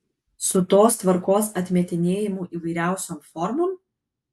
su tos tvarkos atmetinėjimu įvairiausiom formom